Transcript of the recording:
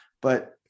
But-